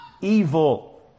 evil